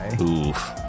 Oof